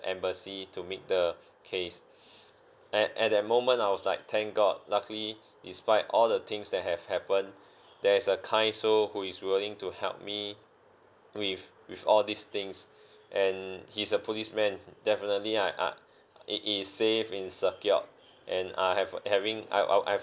embassy to meet the case and at that moment I was like thank god luckily despite all the things that have happened there's a kind soul who is willing to help me with with all these things and he's a policeman definitely I I it is safe and secured and I have having I I have